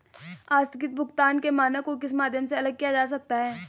आस्थगित भुगतान के मानक को किस माध्यम से अलग किया जा सकता है?